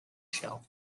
shelf